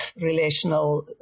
relational